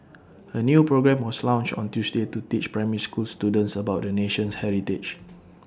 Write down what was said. A new programme was launched on Tuesday to teach primary school students about the nation's heritage